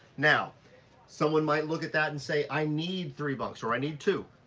now someone might look at that and say, i need three bunks or i need two.